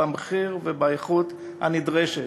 במחיר ובאיכות הנדרשים.